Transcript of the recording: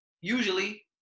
usually